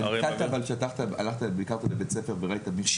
נתקלת כשהלכת לבדיקה בבית ספר וראית מישהו ---<